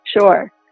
sure